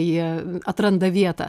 jie atranda vietą